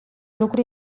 lucru